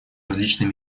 различные